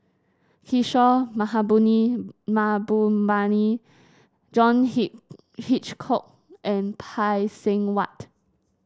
Kishore Mahbubani John Hitchcock and Phay Seng Whatt